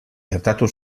gertatu